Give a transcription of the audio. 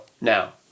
now